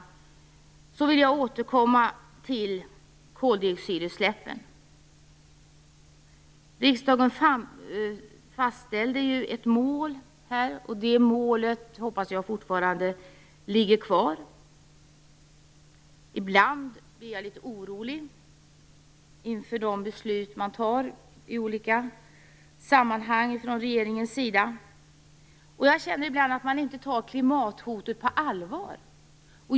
Jag vill återkomma till koldioxidutsläppen. Riksdagen fastställde ju ett mål, och det målet hoppas jag fortfarande ligger fast. Ibland blir jag litet orolig inför de beslut regeringen fattar i olika sammanhang. Jag känner ibland att man inte tar klimathotet på allvar.